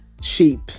sheep